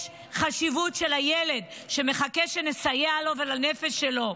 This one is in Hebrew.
יש חשיבות של הילד שמחכה שנסייע לו ולנפש שלו.